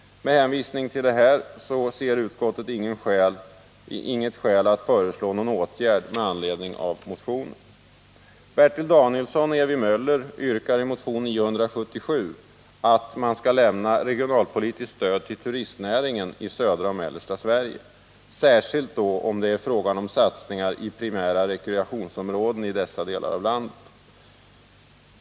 Med hänvisning till detta finner utskottet inget skäl att föreslå någon åtgärd med Bertil Danielsson och Ewy Möller yrkar i motion 977 att regionalpolitiskt stöd skall lämnas till turistnäringen i södra och mellersta Sverige, särskilt om det är fråga om satsningar i primära rekreationsområden i dessa delar av landet.